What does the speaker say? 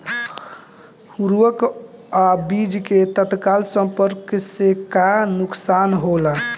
उर्वरक अ बीज के तत्काल संपर्क से का नुकसान होला?